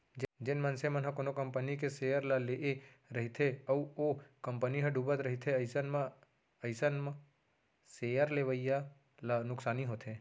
जेन मनसे मन ह कोनो कंपनी के सेयर ल लेए रहिथे अउ ओ कंपनी ह डुबत रहिथे अइसन म अइसन म सेयर लेवइया ल नुकसानी होथे